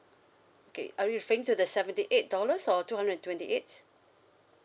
okay are you referring to the seventy eight dollars or two hundred and twenty eight